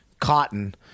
cotton